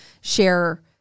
share